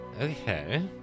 Okay